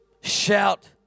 Shout